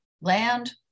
land